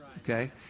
okay